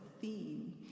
theme